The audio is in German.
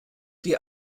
die